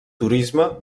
turisme